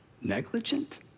negligent